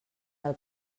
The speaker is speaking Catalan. del